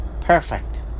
perfect